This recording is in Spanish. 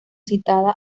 citada